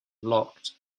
locked